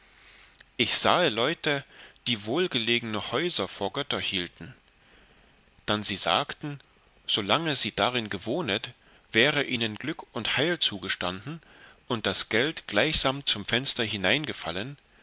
ich sahe leute die wohlgelegene häuser vor götter hielten dann sie sagten solang sie darin gewohnet wäre ihnen glück und heil zugestanden und das geld gleichsam zum fenster hineingefallen